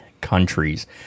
countries